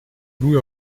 ruhe